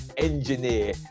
engineer